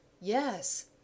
Yes